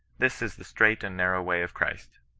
this is the strait and narrow way of christ.